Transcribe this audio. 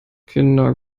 kinder